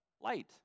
light